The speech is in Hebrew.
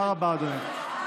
תודה רבה, אדוני.